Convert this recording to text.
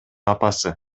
апасы